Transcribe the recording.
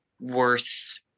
worth